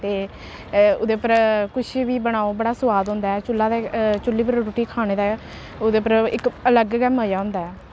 ते ओह्दे पर कुछ बी बनाओ बड़ा सोआद होंदा ऐ चु'ल्ला दे चु'ल्ली पर रुट्टी खाने दा ऐ ओह्दे पर इक अलग गै मजा होंदा ऐ